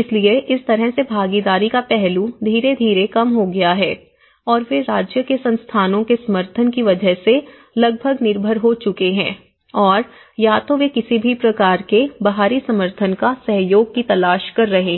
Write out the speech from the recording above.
इसलिए इस तरह से भागीदारी का पहलू धीरे धीरे कम हो गया है और वे राज्य के संस्थानों के समर्थन की वजह से लगभग निर्भर हो चुके हैं और या तो वे किसी भी प्रकार के बाहरी समर्थन या सहयोग की तलाश कर रहे हैं